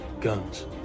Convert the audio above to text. Guns